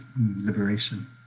liberation